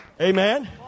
Amen